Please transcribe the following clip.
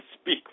speak